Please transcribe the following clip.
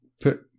put